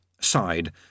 sighed